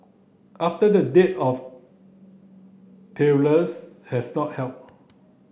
after the dearth of tailors has not helped